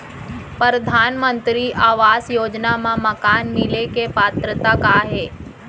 परधानमंतरी आवास योजना मा मकान मिले के पात्रता का हे?